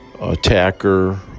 attacker